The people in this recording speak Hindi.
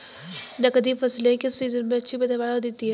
नकदी फसलें किस सीजन में अच्छी पैदावार देतीं हैं?